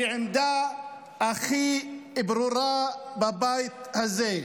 היא העמדה הכי ברורה בבית הזה.